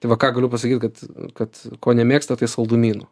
tai va ką galiu pasakyt kad kad ko nemėgsta tai saldumynų